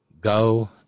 go